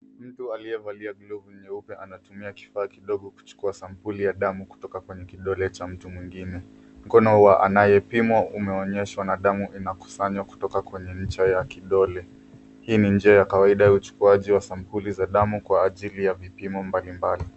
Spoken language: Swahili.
Mtu aliyevalia glovu nyeupe anatumia kifaa kidogo kuchukua sampuli ya damu kutoka kwenye kidole cha mtu mwingine. Mkono wa anayepimwa umeonyeshwa na damu inakusanywa kwenye ncha ya kidole. Hii ni njia ya kawaida ya uchukuaji wa sampuli za damu kwa ajili ya vipimo mbalimbali.